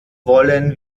wollen